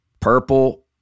Purple